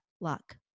luck